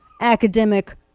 academic